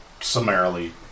summarily